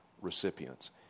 recipients